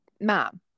Mom